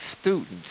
students